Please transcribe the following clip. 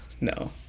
No